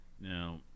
Now